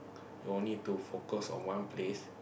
you all need to focus on one place